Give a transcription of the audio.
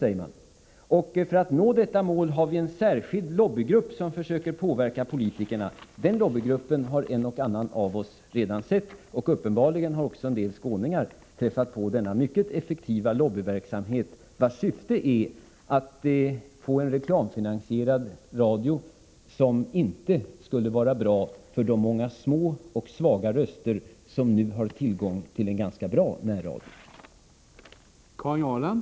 För att nå fram till detta mål har vi en särskild lobbygrupp som försöker påverka politikerna”, berättar en företrädare för Radio AF. Den lobbygruppen har en och annan av oss redan sett, och uppenbarligen har också en del skåningar träffat på denna mycket effektiva lobbyverksamhet, vars syfte är att få en reklamfinansierad radio, som inte skulle vara bra för de många små och svaga röster som nu har tillgång till en ganska bra närradio.